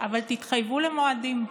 אבל תתחייבו למועדים.